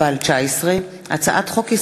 פ/2214/19 וכלה בהצעת חוק פ/2234/19,